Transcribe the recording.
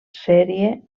sèrie